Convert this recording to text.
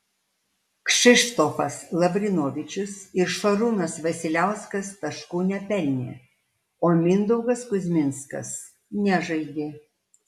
kšištofas lavrinovičius ir šarūnas vasiliauskas taškų nepelnė o mindaugas kuzminskas nežaidė